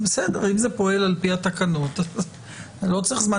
אם זה פועל על פי התקנות -- לא צריך זמן